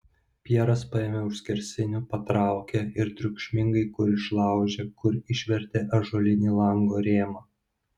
pjeras paėmė už skersinių patraukė ir triukšmingai kur išlaužė kur išvertė ąžuolinį lango rėmą